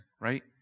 right